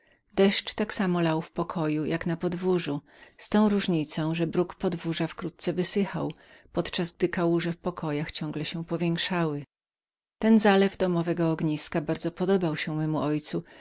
deszcz tak dobrze lał w pokoju jak na podwórzu z tą różnicą że brakbruk podwórza wkrótce wysychał podczas gdy kałuże w pokojach ciągle się powiększały ten zalew domowego ogniska bardzo podobał się memu ojcu